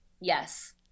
yes